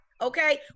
Okay